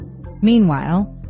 Meanwhile